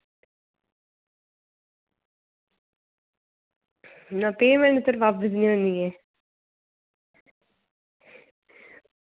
ना sir payment बापस निं होनी ऐ